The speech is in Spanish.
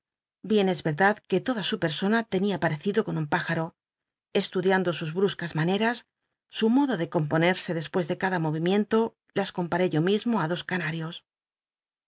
bien es y c rdad c uc toda su persona tenia parecido con un pájaro estudiando sus bruscas manems su modo de componerse después de cada moyimienlo las comparé yo mismo á dos canarios